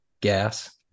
gas